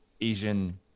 asian